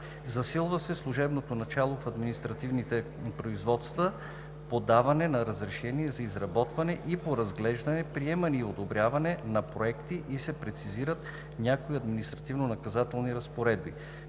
Засилва се служебното начало в административните производства, подаване на разрешение за изработване и по разглеждане, приемане и одобряване на проекти и се прецизират някои административнонаказателни разпоредби.